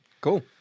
Cool